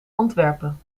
antwerpen